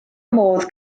modd